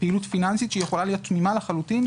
פעילות פיננסית שיכולה להיות תמימה לחלוטין,